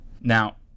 Now